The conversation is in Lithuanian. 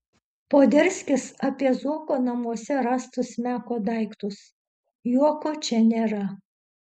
poderskis apie zuoko namuose rastus meko daiktus juoko čia nėra